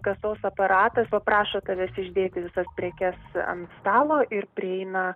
kasos aparatas paprašo tavęs išdėti visas prekes ant stalo ir prieina